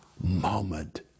moment